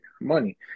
money